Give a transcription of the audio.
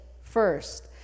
first